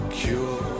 cure